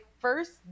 first